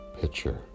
picture